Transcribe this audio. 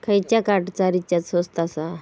खयच्या कार्डचा रिचार्ज स्वस्त आसा?